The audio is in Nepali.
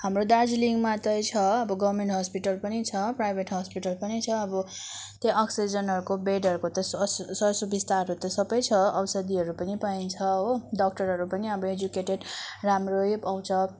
हाम्रो दार्जिलिङमा चाहिँ छ अब गभर्नमेन्ट हस्पिटल पनि छ प्राइभेट हस्पिटल पनि छ अब त्यहाँ अक्सिजनहरूको बेडहरूको त सुविस्ताहरू त सबै छ औषधिहरू पनि पाइन्छ हो डाक्टरहरू पनि अब एजुकेटेड राम्रो पाउँछ